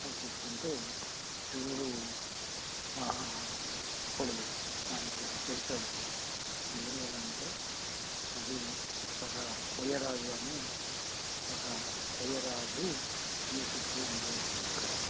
పూజిస్తుంటే శివుడు ఒకప్పుడు దానికి ఒక చరిత్ర ఉంది దేనివలన అంటే అది ఒక కొయ్యరాజు అని ఒక కొయ్యరాజు నివసిస్తూ ఉండేవాడు ఇక్కడ